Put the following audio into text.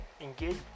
engage